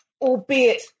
albeit